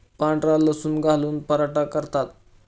पांढरा लसूण घालून पराठा करतात